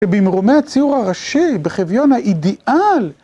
במרומי הציור הראשי, בחוויון האידיאל.